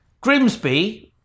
Grimsby